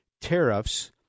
tariffs